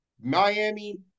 Miami